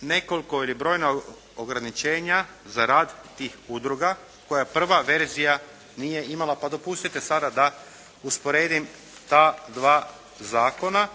nekoliko ili brojna ograničenja za rad tih udruga koja prva verzija nije imala pa dopustite sada da usporedim ta dva zakona,